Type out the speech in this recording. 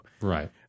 right